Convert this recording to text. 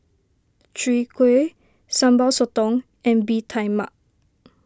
Chwee Kueh Sambal Sotong and Bee Tai Mak